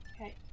Okay